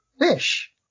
Fish